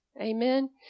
Amen